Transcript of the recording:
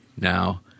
now